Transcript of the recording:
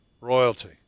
Royalty